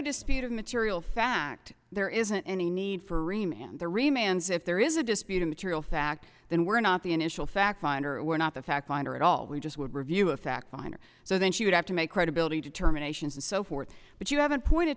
material fact there isn't any need for a man the remains if there is a dispute a material fact then we're not the initial fact finder we're not the fact finder at all we just would review a fact finder so then she would have to make credibility determinations and so forth but you haven't pointed